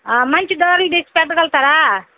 మంచి డోర్లు తెచ్చి పెట్టగగలుగుతారా